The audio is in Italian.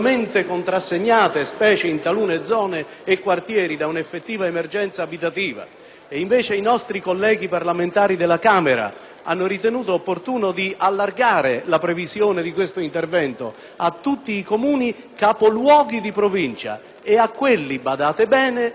mentre i nostri colleghi parlamentari della Camera hanno ritenuto opportuno allargare la previsione di questo intervento a tutti i Comuni capoluogo di Provincia e a quelli - badate bene - con essi confinanti. Si tratta di mezza Italia,